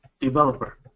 developer